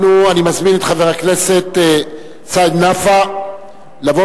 אני מזמין את חבר הכנסת סעיד נפאע לבוא